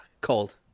cold